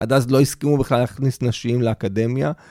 עד אז לא הסכימו בכלל להכניס נשים לאקדמיה.